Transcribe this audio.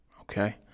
Okay